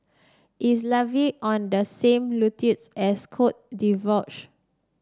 is Latvia on the same as Cote d'Ivoire